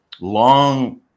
long